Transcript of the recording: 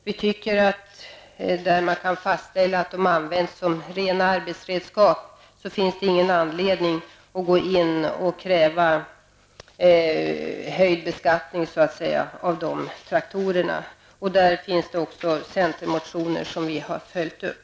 Vi tycker inte att det finns någon anledning att kräva en strängare beskattning av dessa traktorer i de fall där man kan fastställa att traktorerna är rena arbetsredskap. I det sammanhanget finns det centermotioner som vi har följt upp.